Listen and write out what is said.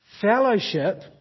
Fellowship